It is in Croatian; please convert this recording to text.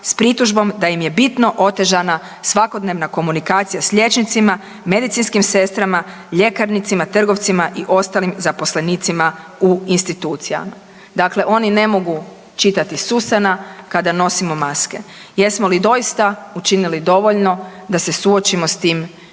s pritužbom da im je bitno otežana svakodnevna komunikacija s liječnicima, medicinskim sestrama, ljekarnicima, trgovcima i ostalim zaposlenicima u institucijama. Dakle, oni ne mogu čitati s usana kada nosimo maske. Jesmo li doista učinili dovoljno da se suočimo s tim